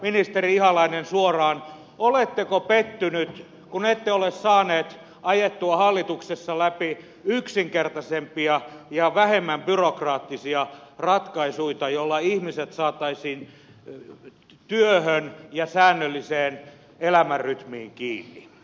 ministeri ihalainen oletteko pettynyt kun ette ole saanut ajettua hallituksessa läpi yksinkertaisempia ja vähemmän byrokraattisia ratkaisuja joilla ihmiset saataisiin työhön ja säännölliseen elämänrytmiin kiinni